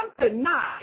tonight